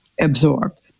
absorbed